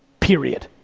period.